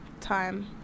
time